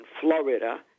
Florida